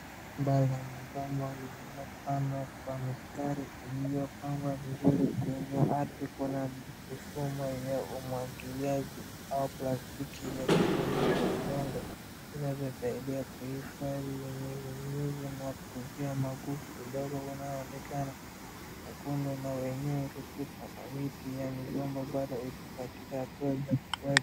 La migomba iliyopandwa kwa mistari iliyopangwa vizuri. Yenye ardhi ye mfumo wa umwagiliaji au plastiki yakufunika udongo, inayosaidia kuhifadhi unyevu nyevu na kuzuia magugu. Udongo unaonekana na nyekundu na wenye rutuba na miti ya migomba bado iko katika hatua za ukuaji.